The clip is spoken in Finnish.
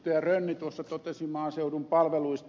rönni tuossa totesi maaseudun palveluista